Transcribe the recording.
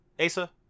Asa